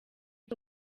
cyo